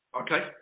Okay